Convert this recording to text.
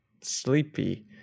sleepy